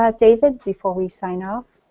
ah david, before we sign off?